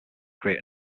create